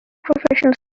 professional